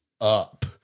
up